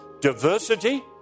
diversity